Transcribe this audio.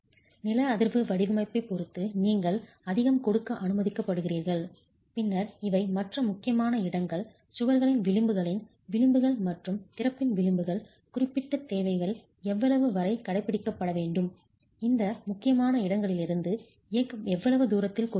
நில அதிர்வு வடிவமைப்பைப் பொறுத்து நீங்கள் அதிகம் கொடுக்க அனுமதிக்கப்படுகிறீர்கள் பின்னர் இவை மற்ற முக்கியமான இடங்கள் சுவர்களின் விளிம்புகளின் விளிம்புகள் மற்றும் திறப்பின் விளிம்புகள் குறிப்பிட்ட தேவைகள் எவ்வளவு வரை கடைபிடிக்கப்பட வேண்டும் இந்த முக்கியமான இடங்களிலிருந்து எஃகு எவ்வளவு தூரத்தில் கொடுக்கிறீர்கள்